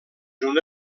una